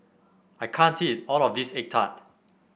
I can't eat all of this egg tart